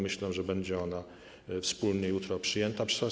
Myślę, że będzie ona wspólnie jutro przyjęta przez Sejm.